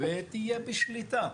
ותהיה בשליטה.